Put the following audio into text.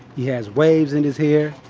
he has waves in his hair.